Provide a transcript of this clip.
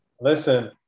Listen